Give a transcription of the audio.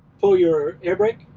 pull your air brake,